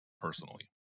personally